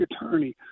attorney